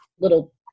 little